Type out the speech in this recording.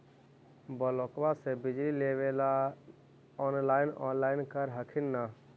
ब्लोक्बा से बिजबा लेबेले ऑनलाइन ऑनलाईन कर हखिन न?